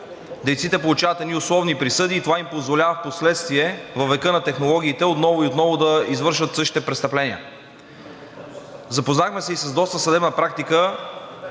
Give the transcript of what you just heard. дейците получават едни условни присъди и това им позволява впоследствие във века на технологиите отново и отново да извършват същите престъпления. Запознахме се и с доста съдебна практика